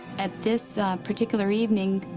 at this particular evening,